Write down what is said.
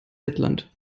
lettland